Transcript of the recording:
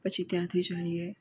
પછી ત્યાંથી જઈએ